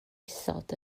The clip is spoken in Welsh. isod